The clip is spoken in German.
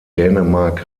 dänemark